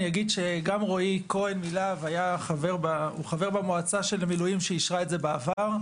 אני אגיד שגם רועי כהן חבר במועצה של המילואים שאישרה את זה בעבר,